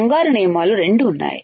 బంగారు నియమాలు రెండు ఉన్నాయి